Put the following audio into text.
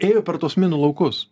ėjo per tuos minų laukus